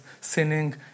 sinning